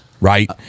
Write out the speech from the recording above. right